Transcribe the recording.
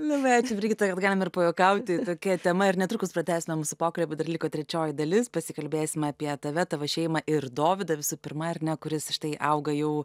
labai ačiū brigita kad galim ir pajuokauti tokia tema ir netrukus pratęsime mūsų pokalbį dar liko trečioji dalis pasikalbėsim apie tave tavo šeimą ir dovydą visų pirma ar ne kuris štai auga jau